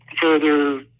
further